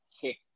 kick